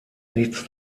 nichts